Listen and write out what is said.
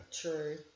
True